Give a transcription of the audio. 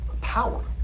power